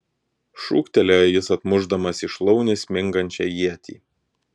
šūktelėjo jis atmušdamas į šlaunį smingančią ietį